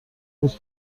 بود